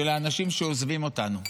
של האנשים שעוזבים אותנו,